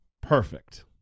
perfect